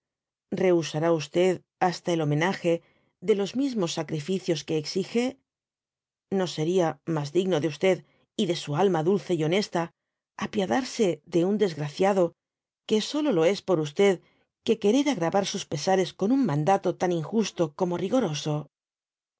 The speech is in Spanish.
rehuaurá hasta el bomenage de los mismos sacrificios pe exige no seria mas digno de y de su alma dulce y honesta y apiadarse de un desgraciado que solo lo es por que querer agrayar sos pesares con un mandato tan injusto como ri